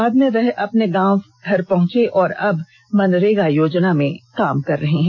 बाद में वह अपने गांव घर पहुंचे और अब मनरेगा योजना में काम कर रहे हैं